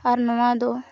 ᱟᱨ ᱱᱚᱣᱟ ᱫᱚ